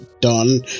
done